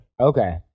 Okay